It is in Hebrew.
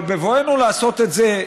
אבל בבואנו לעשות את זה,